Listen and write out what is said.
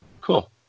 Cool